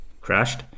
crashed